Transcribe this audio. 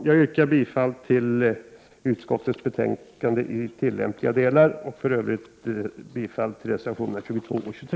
Jag yrkar bifall till reservationerna 22 och 23 och i övrigt till utskottets hemställan i tillämpliga delar.